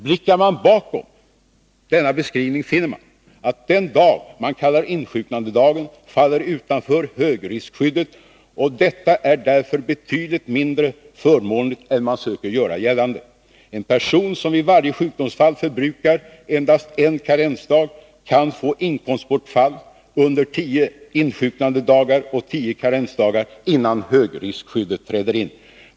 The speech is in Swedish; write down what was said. Blickar man bakom denna beskrivning finner man, att den dag man kallar insjuknandedagen faller utanför högriskskyddet, och detta är därför betydligt mindre förmånligt än man söker göra gällande. En person som vid varje sjukdomsfall förbrukar endast en karensdag kan få inkomstbortfall under tio insjuknandedagar och tio karensdagar, innan högriskskyddet träder in.